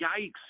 yikes